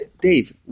Dave